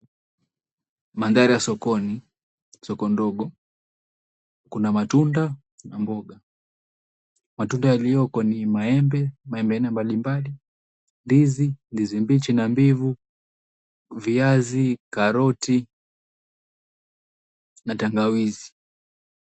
Mandhari ya sokoni, soko ndogo, kuna matunda na mboga. Matunda yaliyoko ni maembe, maembe ya aina mbalimbali, ndizi, ndizi mbichi na mbivu, viazi, karoti na tangawizi.